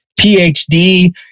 PhD